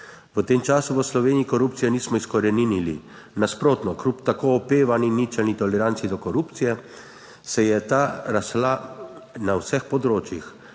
V tem času v Sloveniji korupcije nismo izkoreninili, nasprotno, kljub tako opevani ničelni toleranci do korupcije se je ta rasla na vseh področjih.